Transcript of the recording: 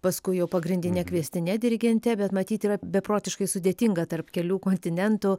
paskui jo pagrindine kviestine dirigente bet matyt yra beprotiškai sudėtinga tarp kelių kontinentų